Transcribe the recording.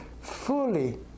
fully